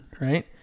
right